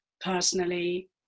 personally